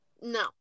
No